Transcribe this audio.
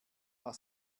war